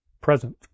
present